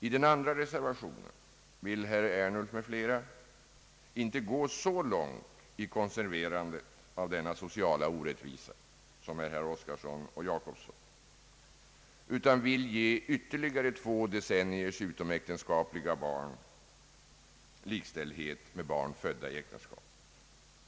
I den andra reservationen vill herr Ernulf m.fl. inte gå så långt i konserverandet av denna sociala orättvisa som herrar Oskarson och Jacobsson utan vill ge ytterligare två decenniers utomäktenskapliga barn likställdhet med barn födda i äktenskap.